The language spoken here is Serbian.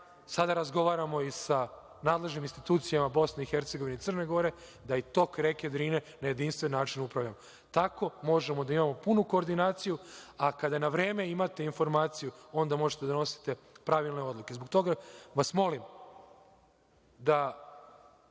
sada razgovaramo i sa nadležnim institucijama BiH i Crne Gore da i tokom reke Drine na jedinstven način upravljamo. Tako možemo da imamo punu koordinaciju, a kada na vreme imate informaciju, onda možete da donosite pravilnu odluku. Zbog toga vas molim da